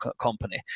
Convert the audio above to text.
company